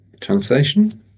translation